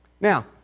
Now